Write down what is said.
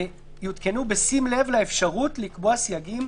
יותקנו בשים לב לאפשרות לקבוע סייגים